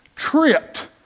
Tripped